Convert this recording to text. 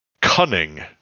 cunning